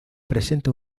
presenta